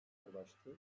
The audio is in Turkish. ulaştı